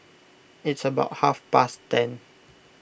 it's about half past ten